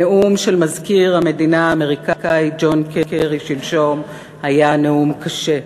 הנאום של מזכיר המדינה האמריקני ג'ון קרי שלשום היה נאום קשה.